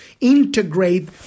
integrate